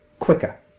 quicker